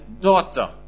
daughter